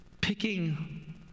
picking